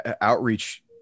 Outreach